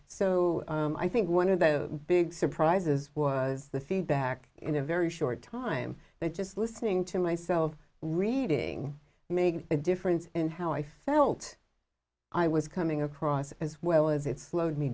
so i think one of the big surprises was the feedback in a very short time that just listening to myself reading made a difference in how i felt i was coming across as well as it slowed me